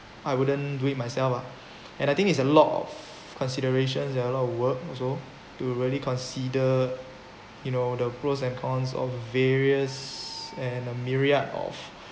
I wouldn't do it myself lah and I think it's a lot of considerations there are a lot of work also to really consider you know the pros and cons of various and a myriad of